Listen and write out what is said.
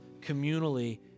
communally